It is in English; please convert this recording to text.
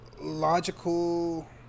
logical